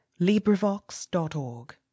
LibriVox.org